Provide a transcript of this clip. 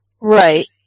Right